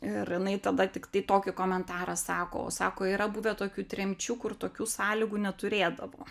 ir jinai tada tiktai tokį komentarą sako o sako yra buvę tokių tremčių kur tokių sąlygų neturėdavo